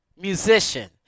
musician